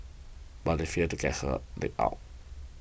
but they failed to get her leg out